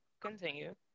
continue